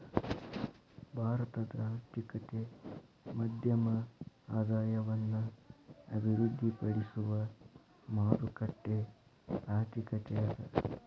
ಭಾರತದ ಆರ್ಥಿಕತೆ ಮಧ್ಯಮ ಆದಾಯವನ್ನ ಅಭಿವೃದ್ಧಿಪಡಿಸುವ ಮಾರುಕಟ್ಟೆ ಆರ್ಥಿಕತೆ ಅದ